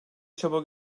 çaba